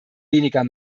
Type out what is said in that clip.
weniger